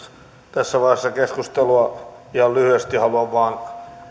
tässä vaiheessa keskustelua ihan lyhyesti haluan vain